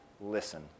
Listen